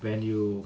when you